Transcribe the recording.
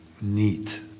neat